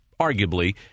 arguably